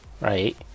right